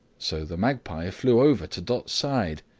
so the magpie flew over to dot's side,